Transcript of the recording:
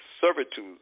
servitude